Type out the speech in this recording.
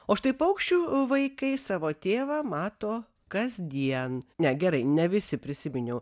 o štai paukščių vaikai savo tėvą mato kasdien ne gerai ne visi prisiminiau